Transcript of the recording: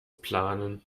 planen